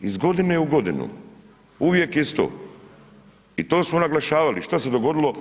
Iz godine u godinu uvijek isto i to smo naglašavali, i šta se dogodilo?